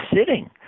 sitting